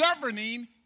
governing